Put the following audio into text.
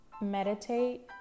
Meditate